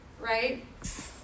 right